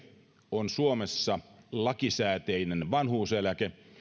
on suomessa lakisääteinen vanhuuseläke